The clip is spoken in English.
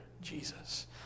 Jesus